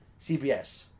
CBS